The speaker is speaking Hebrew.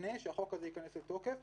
לפני שהחוק הזה ייכנס לתוקף,